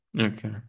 Okay